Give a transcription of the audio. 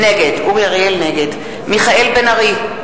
נגד מיכאל בן-ארי,